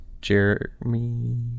Jeremy